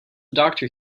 doctor